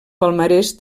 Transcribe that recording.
palmarès